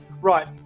right